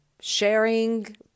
sharing